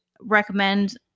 recommend